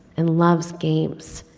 and loves games.